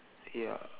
ya